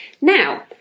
now